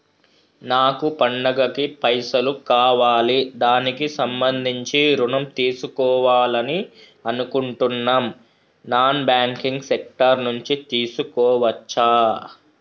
నాకు పండగ కి పైసలు కావాలి దానికి సంబంధించి ఋణం తీసుకోవాలని అనుకుంటున్నం నాన్ బ్యాంకింగ్ సెక్టార్ నుంచి తీసుకోవచ్చా?